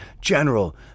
general